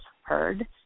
heard